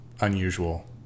unusual